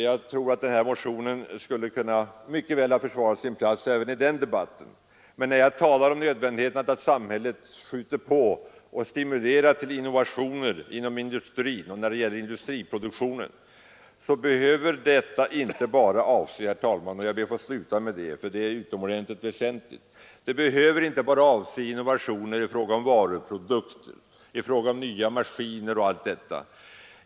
Jag tror att den här motionen mycket väl skulle ha kunnat försvara sin plats även i den debatten. När jag talar om nödvändigheten att samhället skjuter på och stimulerar till innovationer inom industrin, så behöver detta inte bara avse — och jag ber att få sluta med det, herr talman, ty det är utomordentligt väsentligt — innovationer i fråga om varuprodukter, nya maskiner och allt detta.